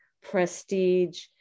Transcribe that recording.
prestige